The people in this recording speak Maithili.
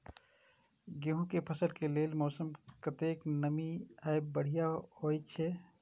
गेंहू के फसल के लेल मौसम में कतेक नमी हैब बढ़िया होए छै?